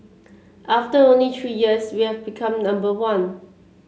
after only three years we have become number one